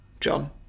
John